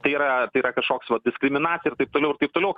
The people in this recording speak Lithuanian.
tai yra tai yra kažkoks vat diskriminacija ir taip toliau ir taip toliau